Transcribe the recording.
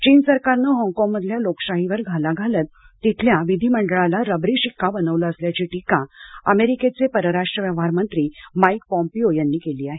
चीन सरकारनं हॉगकॉगमधल्या लोकशाहीवर घाला घालत तिथल्या विधिमंडळाला रबरी शिक्का बनवलं असल्याची टीका अमेरिकेचे परराष्ट्र व्यवहार मंत्री माईक पोम्पिओ यांनी केली आहे